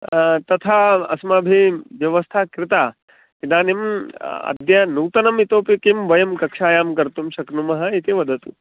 तथा अस्माभिः व्यवस्था कृता इदानीम् अद्य नूतनम् इतोऽपि किं वयं कक्षायां कर्तुं शक्नुमः इति वदतु